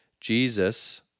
Jesus